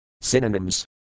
Synonyms